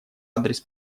адрес